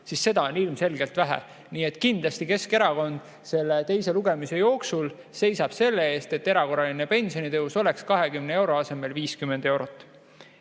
lisaks. Seda on ilmselgelt vähe. Nii et kindlasti Keskerakond teise lugemise ajal seisab selle eest, et erakorraline pensionitõus oleks 20 euro asemel 50 eurot.